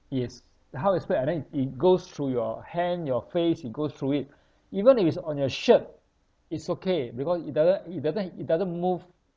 yes how it spread and then it it goes through your hand your face it go through it even if it's on your shirt is okay because it doesn't it doesn't it doesn't move